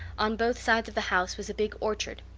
on both sides of the house was a big orchard,